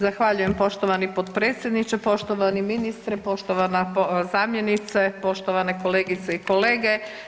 Zahvaljujem poštovani potpredsjedniče, poštovani ministre, poštovana zamjenice, poštovane kolegice i kolege.